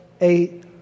eight